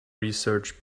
research